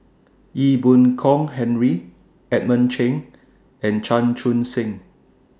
Ee Boon Kong Henry Edmund Cheng and Chan Chun Sing